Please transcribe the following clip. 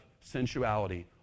sensuality